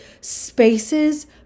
spaces